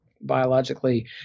biologically